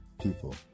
People